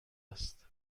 است